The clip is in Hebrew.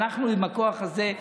אנחנו, עם הכוח הזה,